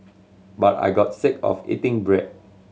but I got sick of eating bread